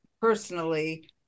personally